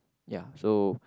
ya so